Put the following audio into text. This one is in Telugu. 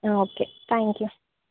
okay thank you